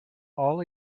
all